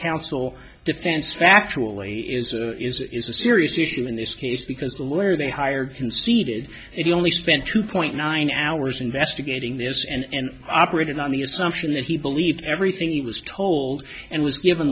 counsel defense factually is is is a serious issue in this case because the lawyer they hired conceded he only spent two point nine hours investigating this and operated on the assumption that he believed everything he was told and was given